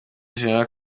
gen